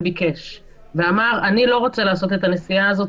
ביקש ואמר: אני לא רוצה לעשות את הנסיעה הזו,